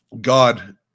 God